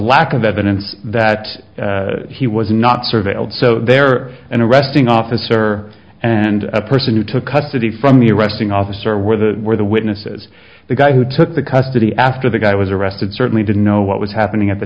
lack of evidence that he was not surveilled so there are an arresting officer and a person who took custody from the arresting officer where the where the witnesses the guy who took the custody after the guy was arrested certainly didn't know what was happening at the